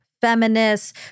feminists